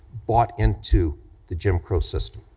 bought into the jim crow system.